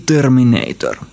Terminator